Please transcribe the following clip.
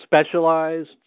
specialized